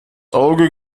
auge